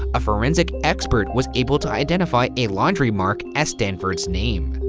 a forensics expert was able to identify a laundry mark as stanford's name.